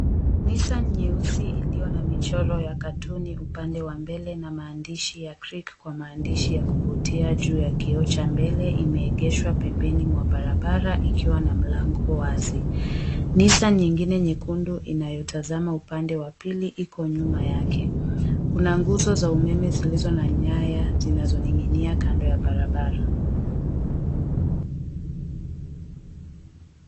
Nissan nyeusi iliyo na michoro ya katuni upande wa mbele na maandishi ya, Creek kwa maandishi ya kuvutia juu ya kioo cha mbele imeegeshwa pembeni mwa barabara ikiwa na mlango wazi. Nissan nyingine nyekunde inayotazama upande wa pili iko nyuma yake. Kuna nguzo za umeme zilizo na nyaya zinazo ning'inia kando ya barabara.